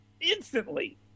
instantly